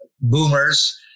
boomers